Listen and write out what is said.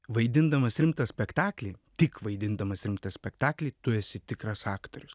vaidindamas rimtą spektaklį tik vaidindamas rimtą spektaklį tu esi tikras aktorius